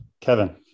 Kevin